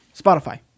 Spotify